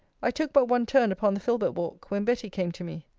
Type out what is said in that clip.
i took but one turn upon the filbert-walk, when betty came to me.